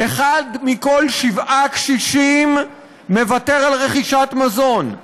אחד מכל שבעה קשישים מוותר על רכישת מזון,